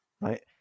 right